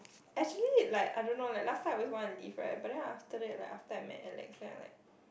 actually like I don't know leh last time I always want to leave right but after that like after I met Alex then I'm like